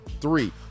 three